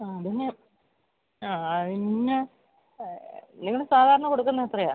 ആ അതിന് അതിന് നിങ്ങള് സാധാരണ കൊടുക്കുന്നത് എത്രയാണ്